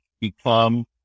become